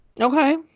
Okay